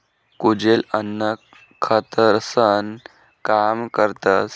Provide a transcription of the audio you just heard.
कुजेल अन्न खतंसनं काम करतस